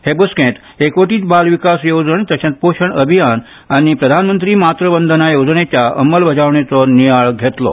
हे बसर्केत एकवटीत बाल विकास येवजण तर्शेच पोशण अभियान आनी प्रधानमंत्री मातू वंदना येवजणेच्या अंमलबजावणेचो नियाळ घेतलो